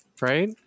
right